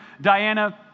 Diana